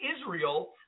Israel